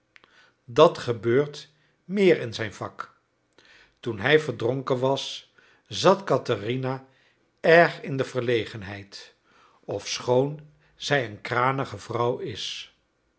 dat gebeurt meer in zijn vak toen hij verdronken was zat katherina erg in de verlegenheid ofschoon ze een kranige vrouw is